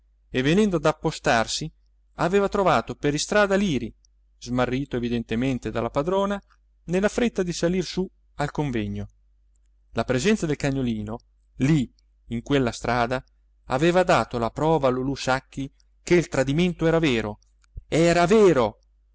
e venendo ad appostarsi aveva trovato per istrada liri smarrito evidentemente dalla padrona nella fretta di salir su al convegno la presenza del cagnolino lì in quella strada aveva dato la prova a lulù sacchi che il tradimento era vero era vero